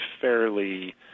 fairly